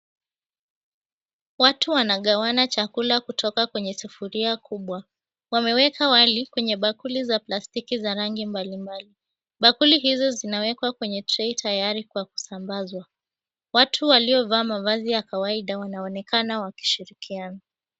Watu wanagawana chakula kutoka kwenye sufuria kubwa. Wameweka wali kwenye bakuli za plastiki za rangi mbalimbali. Bakuli hizo zinawekwa kwenye tray 𝑡𝑎𝑦𝑎𝑟𝑖 kwa kusambazwa. Watu waliovaa mavazi ya kawaida wanaonekana wakishirikiana.